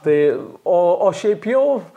tai o o šiaip jau